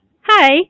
Hi